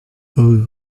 rue